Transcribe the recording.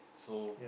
so